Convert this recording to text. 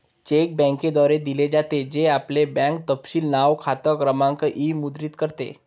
check बँकेद्वारे दिले जाते, जे आपले बँक तपशील नाव, खाते क्रमांक इ मुद्रित करते